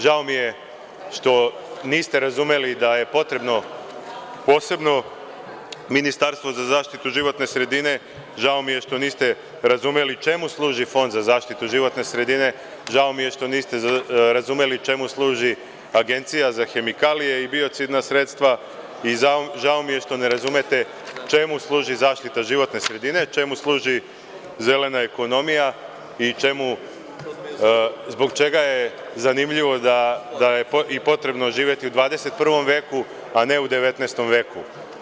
Žao mi je što niste razumeli da je potrebno, posebno Ministarstvo za zaštitu životne sredine, žao mi je što niste razumeli čemu služi Fond za zaštitu životne sredine, žao mi je što niste razumeli čemu služi Agencija za hemikalije i biocidna sredstva i žao mi je što ne razumete čemu služi zaštita životne sredine, čemu služi zelena ekonomija i zbog čega je zanimljivo i potrebno živeti u 21. veku, a ne u 19. veku.